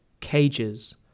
Cages